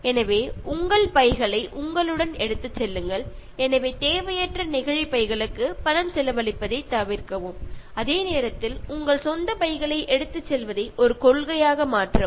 எனவே உங்கள் பைகளை உங்களுடன் எடுத்துச் செல்லுங்கள் எனவே தேவையற்ற நெகிழிப் பைகளுக்கு பணம் செலவழிப்பதைத் தவிர்க்கவும் அதே நேரத்தில் உங்கள் சொந்த பைகளை எடுத்துச் செல்வதை ஒரு கொள்கையாக மாற்றவும்